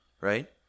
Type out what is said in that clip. right